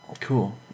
Cool